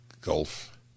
Gulf